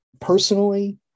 personally